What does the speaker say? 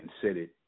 considered